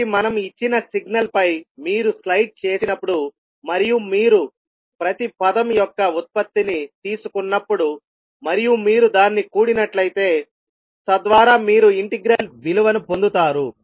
కాబట్టి మనం ఇచ్చిన సిగ్నల్పై మీరు స్లైడ్ చేసినప్పుడు మరియు మీరు ప్రతి పదం యొక్క ఉత్పత్తిని తీసుకున్నప్పుడు మరియు మీరు దాన్ని కూడినట్లయితే తద్వారా మీరు ఇంటిగ్రల్ విలువ ను పొందుతారు